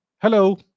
Hello